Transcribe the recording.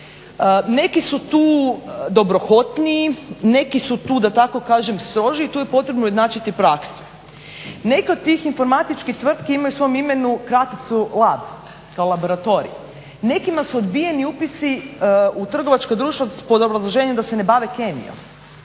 Neki su tu dobrohotniji, neki su tu da tako kažem strožiji i tu je potrebno ujednačiti praksu. Neke od tih informatičkih tvrtki imaju u svom imenu kraticu lab, kao laboratorij. Nekima su odbijeni upisi u trgovačko društvo pod obrazloženjem da se ne bave kemijom.